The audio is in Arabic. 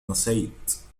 نسيت